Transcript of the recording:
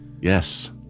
Yes